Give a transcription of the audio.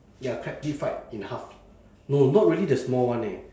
ya crab deep fried in half no not really the small one eh